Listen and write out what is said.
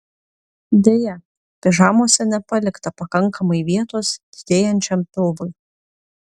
deja pižamose nepalikta pakankamai vietos didėjančiam pilvui